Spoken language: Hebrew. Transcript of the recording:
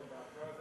תודה רבה.